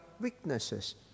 weaknesses